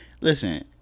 Listen